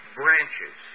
branches